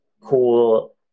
cool